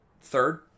third